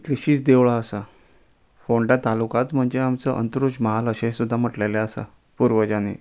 कितलीशींच देवळां आसा फोंड्या तालुकांत म्हणजे आमचो अंत्रुज महाल अशे सुद्दां म्हटलेले आसा पुर्वजांनी